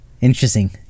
Interesting